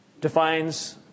defines